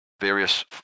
various